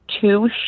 two